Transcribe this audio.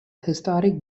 historic